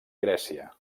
grècia